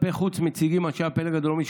כלפי חוץ מציגים אנשי הפלג הדרומי,